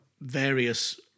various